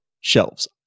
shelves